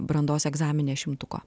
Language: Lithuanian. brandos egzamine šimtuko